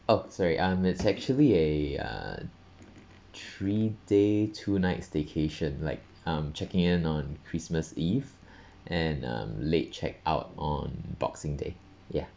oh sorry um it's actually a uh three day two night staycation like I'm checking in on christmas eve and um late check out on boxing day ya